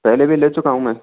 पहले भी ले चुका हूँ मैं